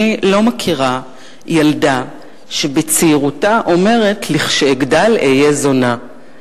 אני לא מכירה ילדה שבצעירותה אומרת: לכשאגדל אהיה זונה.